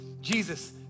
Jesus